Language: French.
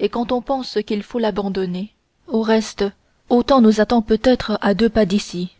et quand on pense qu'il faut l'abandonner au reste autant nous attend peut-être à deux pas d'ici